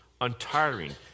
untiring